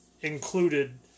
included